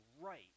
right